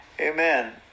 Amen